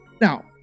Now